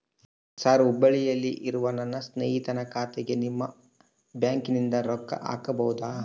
Sir ಹುಬ್ಬಳ್ಳಿಯಲ್ಲಿ ಇರುವ ನನ್ನ ಸ್ನೇಹಿತನ ಖಾತೆಗೆ ನಿಮ್ಮ ಬ್ಯಾಂಕಿನಿಂದ ರೊಕ್ಕ ಹಾಕಬಹುದಾ?